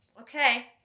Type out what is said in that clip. Okay